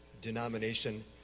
denomination